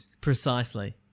Precisely